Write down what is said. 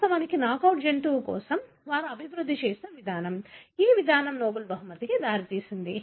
వాస్తవానికి నాకౌట్ జంతువు కోసం వారు అభివృద్ధి చేసిన విధానం ఈ విధానం నోబెల్ బహుమతికి దారితీసింది